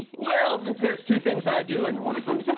well, since there's two things i do and one of them is yeah